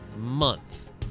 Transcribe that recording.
month